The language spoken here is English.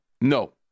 No